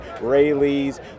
Rayleigh's